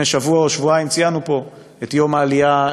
לפני שבוע או שבועיים ציינו פה בכנסת את יום העלייה,